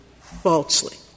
falsely